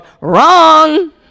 wrong